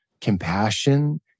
compassion